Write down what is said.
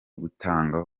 gutanga